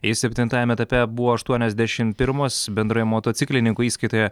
jis septintajame etape buvo aštuoniasdešim pirmas bendroje motociklininkų įskaitoje